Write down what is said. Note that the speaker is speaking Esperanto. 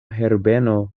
herbeno